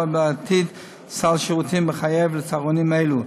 בעתיד סל שירותים מחייב לצהרונים אלה.